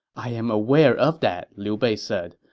i am aware of that, liu bei said,